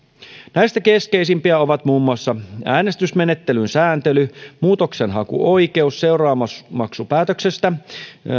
näistä keskeisimpiä ovat muun muassa äänestysmenettelyn sääntely muutoksenhakuoikeus seuraamusmaksupäätöksestä